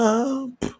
up